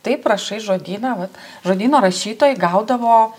taip rašai žodyną vat žodyno rašytojai gaudavo